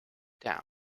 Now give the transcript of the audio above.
down